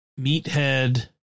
Meathead